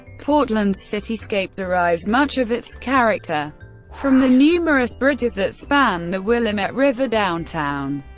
portland's cityscape derives much of its character from the numerous bridges that span the willamette river downtown,